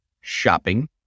shopping